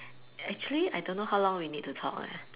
actually I don't know how long we need to talk leh